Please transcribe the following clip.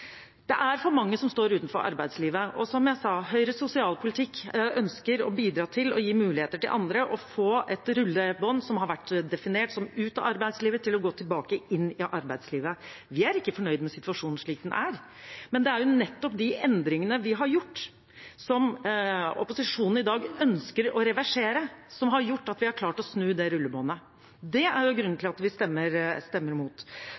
Det er for mange som står utenfor arbeidslivet, og som jeg sa: Høyres sosialpolitikk ønsker å bidra til å gi muligheter til andre for å få et rullebånd som har vært definert som ut av arbeidslivet, til å gå tilbake inn i arbeidslivet. Vi er ikke fornøyd med situasjonen slik den er. Men det er nettopp de endringene vi har gjort, som opposisjonen i dag ønsker å reversere, som har gjort at vi har klart å snu det rullebåndet. Det er grunnen til at vi stemmer